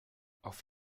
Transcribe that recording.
auf